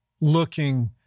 looking